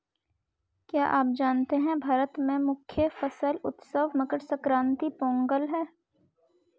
क्या आप जानते है भारत में मुख्य फसल उत्सव मकर संक्रांति, पोंगल है?